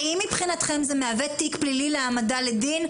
האם מבחינתכם זה מהווה תיק פלילי להעמדה לדין,